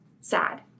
sad